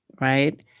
right